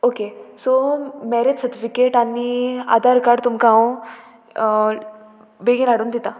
okay so marriage certificate आनी Aadhaar card तुमकां हांव बेगीन हाडून दितां